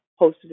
hosted